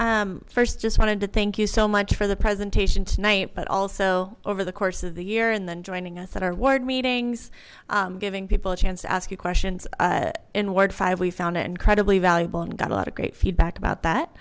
you first just wanted to thank you so much for the presentation tonight but also over the course of the year and then joining us at our ward meetings giving people a chance to ask you questions in ward five we found it incredibly valuable and got a lot of great feedback about that